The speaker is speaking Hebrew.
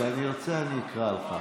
כשאני ארצה אני אקרא לך.